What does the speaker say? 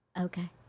Okay